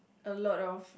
a lot of